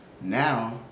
now